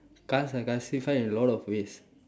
class are classified in a lot of ways